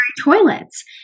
toilets